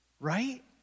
Right